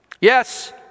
Yes